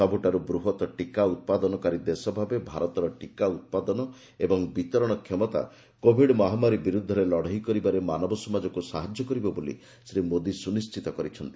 ସବୁଠାରୁ ବୃହତ୍ ଟିକା ଉତ୍ପାଦନକାରୀ ଦେଶ ଭାବେ ଭାରତର ଟିକା ଉତ୍ପାଦନ ଓ ବିତରଣ କ୍ଷମତା କୋଭିଡ୍ ମହାମାରୀ ବିରୁଦ୍ଧରେ ଲଢ଼େଇ କରିବାରେ ମାନବ ସମାଜକୁ ସାହାଯ୍ୟ କରିବ ବୋଲି ଶ୍ରୀ ମୋଦୀ ସୁନିଣ୍ଟିତ କରିଛନ୍ତି